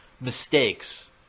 mistakes